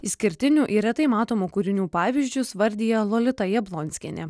išskirtinių ir retai matomų kūrinių pavyzdžius vardija lolita jablonskienė